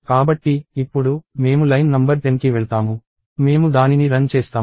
కాబట్టి ఇప్పుడు మేము లైన్ నంబర్ 10 కి వెళ్తాము మేము దానిని రన్ చేస్తాము